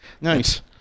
Nice